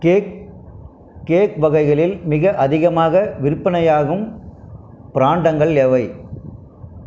cake cake வகைகளில் மிக அதிகமாக விற்பனையாகும் பிரான்டங்கள் எவை